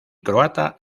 croata